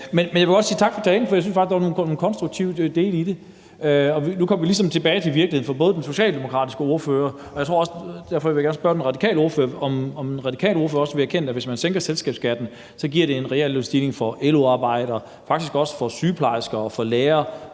vil jeg vil også sige tak for talen, for jeg synes faktisk, der var nogle konstruktive dele i det. Nu kom vi ligesom tilbage til virkeligheden, for i forhold til både den socialdemokratiske ordfører, og jeg tror også den radikale ordfører, vi jeg spørge, om man vil erkende, at hvis selskabsskatten skal sænkes, så giver det en reallønsstigning for LO-arbejdere og faktisk også for sygeplejersker og for lærere